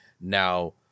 now